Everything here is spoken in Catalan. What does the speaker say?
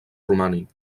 romànic